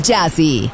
Jazzy